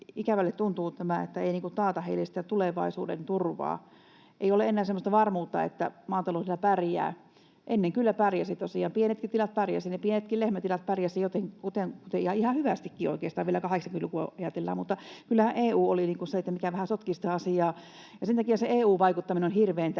ikävälle tuntuu tämä, että ei taata heille tulevaisuuden turvaa. Ei ole enää semmoista varmuutta, että maataloudella pärjää. Ennen kyllä tosiaan pärjäsi, pienetkin tilat pärjäsivät, ne pienetkin lehmätilat pärjäsivät jotenkuten ja ihan hyvästikin oikeastaan, vielä 80-lukua kun ajatellaan. Kyllähän EU oli se, mikä vähän sotki sitä asiaa, ja sen takia EU-vaikuttaminen on hirveän tärkeätä.